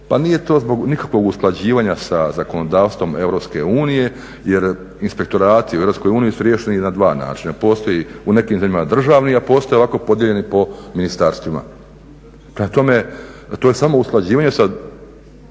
pa nije to zbog nikakvog usklađivanja sa zakonodavstvom Europske unije jer inspektorati u Europskoj uniji su riješeni na dva načina. Postoji u nekim zemljama državni, a postoje ovako podijeljeni po ministarstvima. Prema tome, to je samo usklađivanje sa